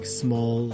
small